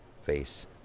Face